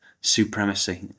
supremacy